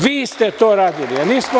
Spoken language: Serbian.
Vi ste to radili, a ne mi.